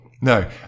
No